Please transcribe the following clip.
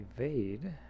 evade